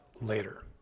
later